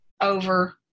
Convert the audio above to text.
over